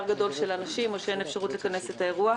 גדול של אנשים או שאין אפשרות לכנס את האירוע.